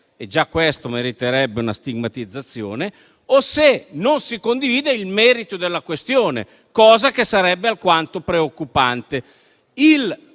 e già questo meriterebbe una stigmatizzazione - o se non si condivide il merito della questione, cosa che sarebbe alquanto preoccupante.